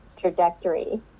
trajectory